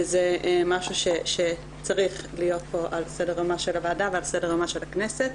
זה משהו שצריך להיות פה על סדר יומה של הוועדה ועל סדר יומה של הכנסת.